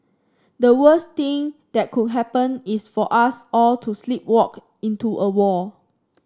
the worst thing that could happen is for us all to sleepwalk into a war